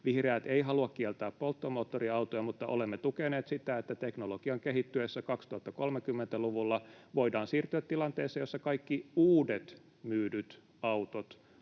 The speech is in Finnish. Vihreät eivät halua kieltää polttomoottoriautoja, mutta olemme tukeneet sitä, että teknologian kehittyessä 2030-luvulla voidaan siirtyä tilanteeseen, jossa kaikki uudet myydyt autot